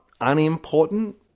unimportant